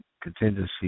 contingency